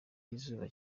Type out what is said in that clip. y’izuba